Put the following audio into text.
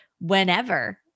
whenever